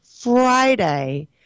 Friday